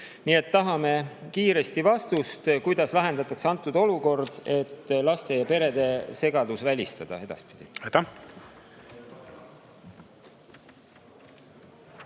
Nii et tahame kiiresti vastust, kuidas lahendatakse antud olukord, et laste ja perede segadus edaspidi